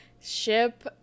ship